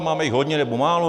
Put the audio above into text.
Máme jich hodně, nebo málo?